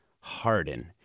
harden